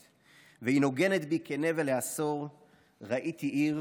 / והיא נוגנת בי כנבל ועשור / ראיתי עיר